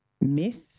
myth